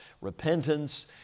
repentance